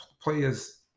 players